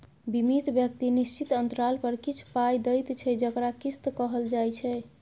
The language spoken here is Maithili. बीमित व्यक्ति निश्चित अंतराल पर किछ पाइ दैत छै जकरा किस्त कहल जाइ छै